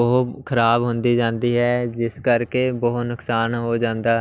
ਉਹ ਖਰਾਬ ਹੁੰਦੀ ਜਾਂਦੀ ਹੈ ਜਿਸ ਕਰਕੇ ਬਹੁਤ ਨੁਕਸਾਨ ਹੋ ਜਾਂਦਾ